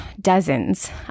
dozens